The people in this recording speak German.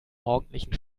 morgendlichen